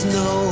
no